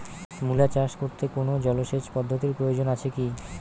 মূলা চাষ করতে কোনো জলসেচ পদ্ধতির প্রয়োজন আছে কী?